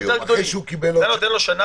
אחרי שהוא קיבל --- אתה נותן לו שנה